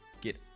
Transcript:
get